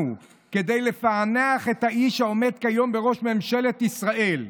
לנו "כדי לפענח את האיש העומד כיום בראש ממשלת ישראל".